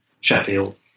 Sheffield